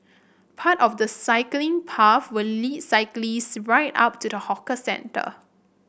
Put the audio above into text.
part of the cycling path will lead cyclist right up to the hawker centre